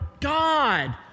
God